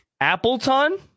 Appleton